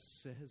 says